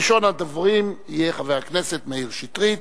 ראשון הדוברים יהיה חבר הכנסת מאיר שטרית.